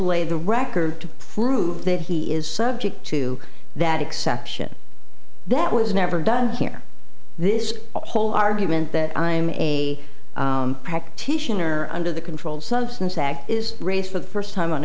lay the record to prove that he is subject to that exception that was never done here this whole argument that i'm a practitioner under the controlled substances act is raised for the first time on